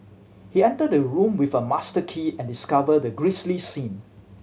he entered the room with a master key and discovered the grisly scene